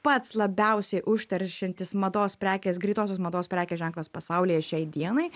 pats labiausiai užteršiantis mados prekės greitosios mados prekės ženklas pasaulyje šiai dienai